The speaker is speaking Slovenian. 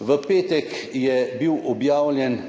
V petek je bil objavljen